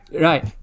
Right